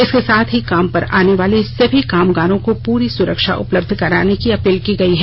इसके साथ ही काम पर आने वाले सभी कामगारों को पूरी सुरक्षा उपलब्ध कराने की अपील की है